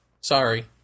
Sorry